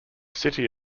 city